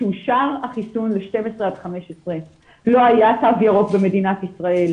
כשאושר החיסון ל-15-12 לא היה תו ירוק במדינת ישראל,